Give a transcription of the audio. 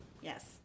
Yes